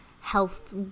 health